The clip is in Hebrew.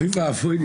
יהיה אפשר להתקדם,